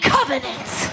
Covenants